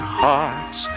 hearts